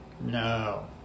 No